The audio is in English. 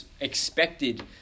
expected